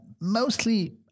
mostly